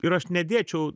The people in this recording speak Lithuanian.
ir aš nedėčiau